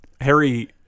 Harry